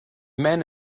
men